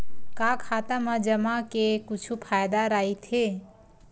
का खाता मा जमा के कुछु फ़ायदा राइथे?